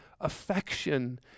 affection